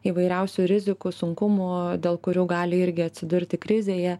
įvairiausių rizikų sunkumų dėl kurių gali irgi atsidurti krizėje